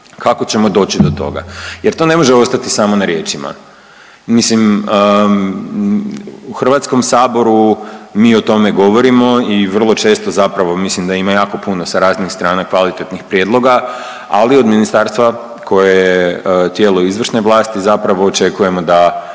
kako ćemo doći do toga jer to ne može ostati samo na riječima. Mislim u HS mi o tome govorimo i vrlo često zapravo mislim da ima jako puno sa raznih strana kvalitetnih prijedloga, ali od ministarstva koje je tijelo izvršne vlasti zapravo očekujemo da,